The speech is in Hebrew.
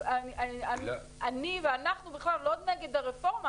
אני ואנחנו לא נגד הרפורמה,